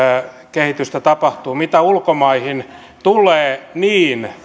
kehitystä tapahtuu mitä ulkomaihin tulee niin